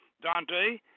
Dante